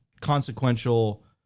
consequential